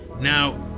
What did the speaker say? Now